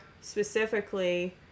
specifically